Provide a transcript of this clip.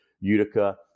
Utica